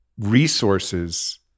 resources